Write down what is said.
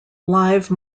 live